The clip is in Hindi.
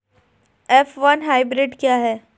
एफ वन हाइब्रिड क्या है?